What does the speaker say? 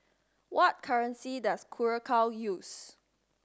what currency does Curacao use